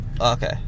okay